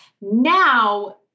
Now